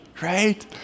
right